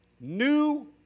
New